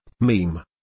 Meme